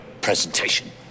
presentation